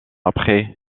après